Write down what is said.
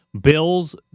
Bills